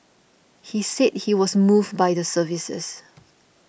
he said he was moved by the services